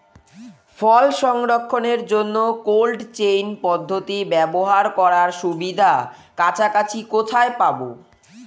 ফল সংরক্ষণের জন্য cold chain পদ্ধতি ব্যবহার করার সুবিধা কাছাকাছি কোথায় পাবো?